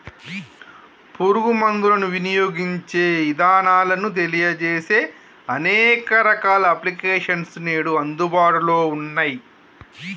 పురుగు మందులను వినియోగించే ఇదానాలను తెలియజేసే అనేక రకాల అప్లికేషన్స్ నేడు అందుబాటులో ఉన్నయ్యి